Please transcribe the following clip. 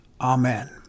Amen